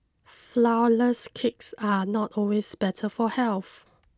flourless cakes are not always better for health